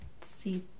see